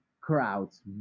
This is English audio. crowds